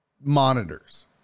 monitors